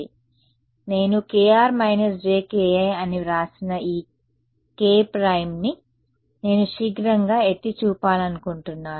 నేను kr−jki అని వ్రాసిన ఈ k ప్రైమ్ని నేను శీఘ్రంగా ఎత్తి చూపాలనుకుంటున్నాను